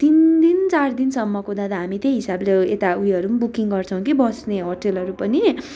तिन दिन चार दिनसम्मको दादा हामी त्यही हिसाबले यता उयोहरू पनि बुकिङ गर्छौँ कि बस्ने हटेलहरू पनि